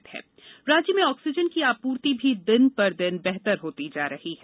oxygen राज्य में oxygen की आपूर्ति भी दिन पर दिन बेहतर होती जा रही है